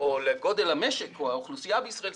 או לגודל המשק או האוכלוסייה בישראל,